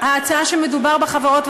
ההצעה שמדובר בה,